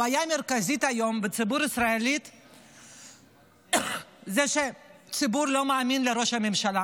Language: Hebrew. הבעיה המרכזית היום בציבור הישראלי זה שהציבור לא מאמין לראש הממשלה,